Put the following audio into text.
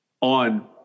on